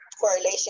correlation